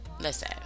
listen